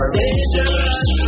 dangerous